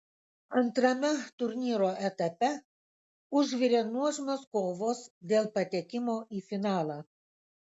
antrame turnyro etape užvirė nuožmios kovos dėl patekimo į finalą